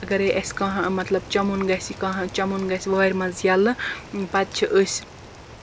اَگرے أسۍ کانٛہہ مطلب چَمُن گژھِ کانٛہہ چمُن گژھِ وارِ منٛز یلہٕ پَتہٕ چھِ أسۍ